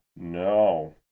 No